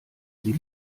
sie